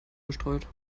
bestreut